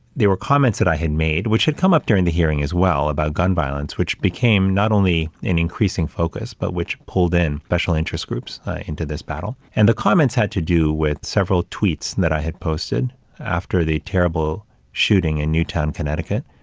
there were comments that i had made, which had come up during the hearing as well about gun violence, which became not only an increasing focus, but which pulled in special interest groups into this battle. and the comments had to do with several tweets that i had posted after the terrible shooting in newtown, connecticut,